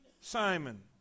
Simon